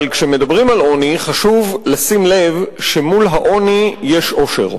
אבל כשמדברים על עוני חשוב לשים לב שמול העוני יש עושר,